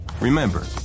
Remember